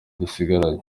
dusigaranye